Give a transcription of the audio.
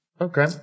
Okay